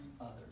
others